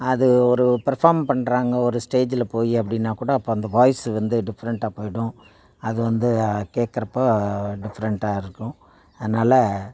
அது ஒரு பெர்ஃபார்ம் பண்ணுறாங்க ஒரு ஸ்டேஜ்ஜில் போய் அப்படின்னா கூட அப்போ அந்த வாய்ஸு வந்து டிஃப்ரெண்ட்டாக போய்விடும் அது வந்து கேட்கறப் போது டிஃப்ரெண்ட்டாக இருக்கும் அதனால்